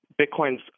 Bitcoin's